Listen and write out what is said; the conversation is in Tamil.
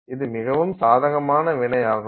இது மிகவும் சாதகமான வினையாகும்